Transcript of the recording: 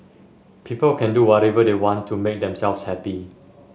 people can do whatever they want to make themselves happy